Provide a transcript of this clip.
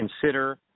consider